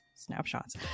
snapshots